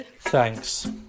Thanks